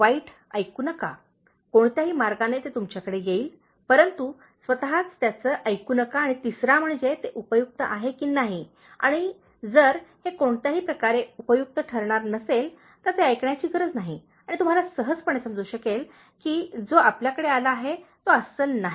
वाईट ऐकू नका कोणत्याही मार्गाने तो तुमच्याकडे येईल परंतु स्वतःच त्याचे ऐकू नका आणि तिसरा म्हणजे ते उपयुक्त आहे की नाही आणि जर हे कोणत्याही प्रकारे उपयुक्त ठरणार नसेल तर ते ऐकण्याची गरज नाही आणि तुम्हाला सहजपणे समजू शकेल की जो आपल्याकडे आला आहे तो अस्सल नाही